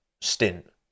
stint